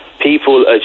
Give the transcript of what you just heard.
People